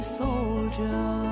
soldier